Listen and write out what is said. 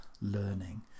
learning